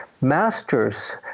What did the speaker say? masters